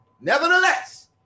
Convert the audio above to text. Nevertheless